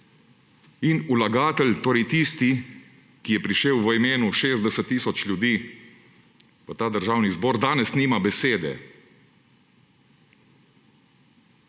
in vlagatelj, torej tisti, ki je prišel v imenu 60 tisoč ljudi v ta državni zbor, danes nima besede.